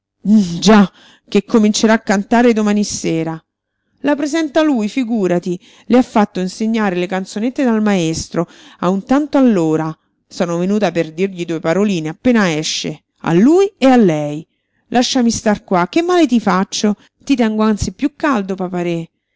già che comincerà a cantare domani sera la presenta lui figúrati le ha fatto insegnare le canzonette dal maestro a un tanto all'ora sono venuta per dirgli due paroline appena esce a lui e a lei lasciami star qua che male ti faccio ti tengo anzi piú caldo